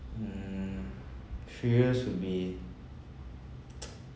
mm furious would be